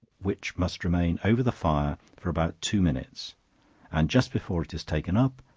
which must remain over the fire for about two minutes and just before it is taken up,